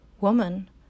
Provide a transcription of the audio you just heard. woman